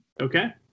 Okay